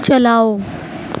چلاؤ